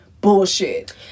bullshit